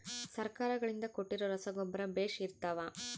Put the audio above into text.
ಸರ್ಕಾರಗಳಿಂದ ಕೊಟ್ಟಿರೊ ರಸಗೊಬ್ಬರ ಬೇಷ್ ಇರುತ್ತವಾ?